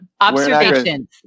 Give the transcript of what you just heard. Observations